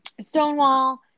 Stonewall